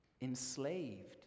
enslaved